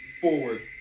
forward